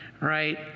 right